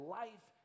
life